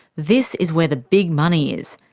this is where the big money is,